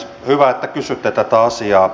hyvä että kysytte tätä asiaa